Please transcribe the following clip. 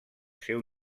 seu